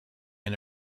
and